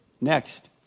Next